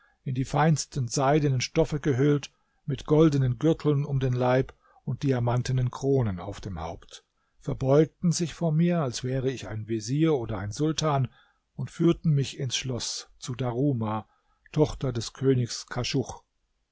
in die feinsten seidenen stoffe gehüllt mit goldenen gürteln um den leib und diamantenen kronen auf dem haupt verbeugten sich vor mir als wäre ich ein vezier oder ein sultan und führten mich ins schloß zu daruma tochter des königs kaschuch